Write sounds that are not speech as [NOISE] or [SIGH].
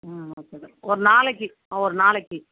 ம் [UNINTELLIGIBLE] ஒரு நாளைக்கு ஒரு நாளைக்கு